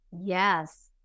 Yes